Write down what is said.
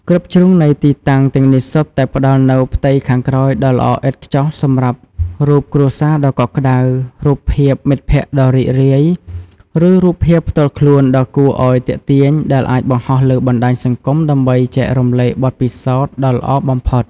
គ្រប់ជ្រុងនៃទីតាំងទាំងនេះសុទ្ធតែផ្តល់នូវផ្ទៃខាងក្រោយដ៏ល្អឥតខ្ចោះសម្រាប់រូបគ្រួសារដ៏កក់ក្តៅ រូបភាពមិត្តភក្តិដ៏រីករាយ ឬរូបភាពផ្ទាល់ខ្លួនដ៏គួរឲ្យទាក់ទាញដែលអាចបង្ហោះលើបណ្តាញសង្គមដើម្បីចែករំលែកបទពិសោធន៍ដ៏ល្អបំផុត។